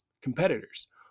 competitors